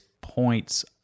points